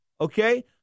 okay